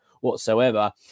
whatsoever